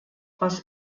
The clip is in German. aus